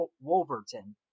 Wolverton